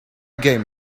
game